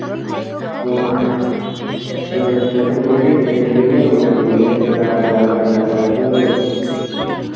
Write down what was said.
ma'am तो पैसे तो कट गए टिकट मिले नहीं और वो बोल रहे चेक करा रहे बार बार जाके आपको तो